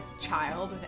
child